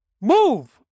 move